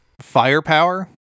firepower